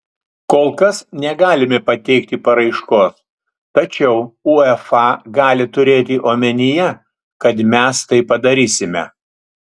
kol kas negalime pateikti paraiškos tačiau uefa gali turėti omenyje kad mes tai padarysime